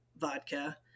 vodka